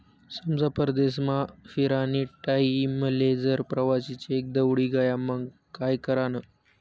समजा परदेसमा फिरानी टाईमले जर प्रवासी चेक दवडी गया मंग काय करानं?